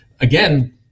again